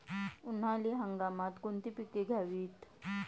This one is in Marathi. उन्हाळी हंगामात कोणती पिके घ्यावीत?